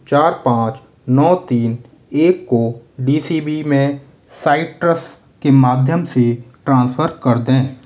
चार पाँच नौ तीन एक को डी सी बी में साइट्रस के माध्यम से ट्रांसफ़र कर दें